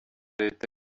leta